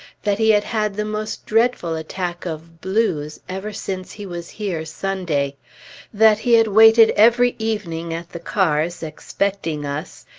that he had had the most dreadful attack of blues ever since he was here sunday that he had waited every evening at the cars, expecting us,